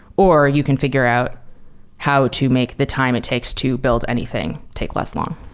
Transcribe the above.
or you can figure out how to make the time it takes to build anything take less long.